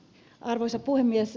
arvoisa puhemies